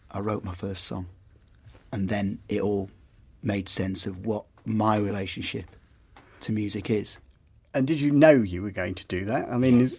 ah wrote my first song and then it all made sense of what my relationship to music is and did you know you were going to do that? i mean,